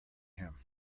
him